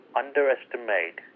underestimate